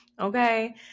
okay